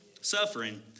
suffering